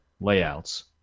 layouts